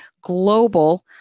global